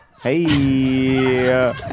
Hey